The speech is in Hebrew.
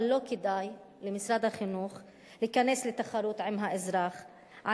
אבל לא כדאי למשרד החינוך להיכנס לתחרות עם האזרח על,